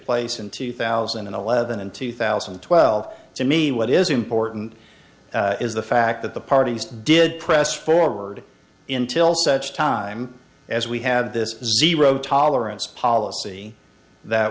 place in two thousand and eleven and two thousand and twelve to me what is important is the fact that the parties did press forward in till such time as we had this zero tolerance policy that